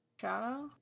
Shadow